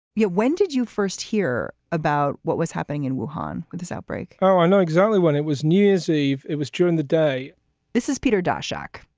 yeah. when did you first hear about what was happening in duhon with this outbreak? oh, i know exactly when it was new year's eve. it was during the day this is peter dasch back.